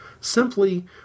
Simply